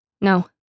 No